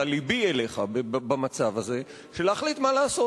לבי אליך במצב הזה של להחליט מה לעשות,